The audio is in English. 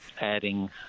adding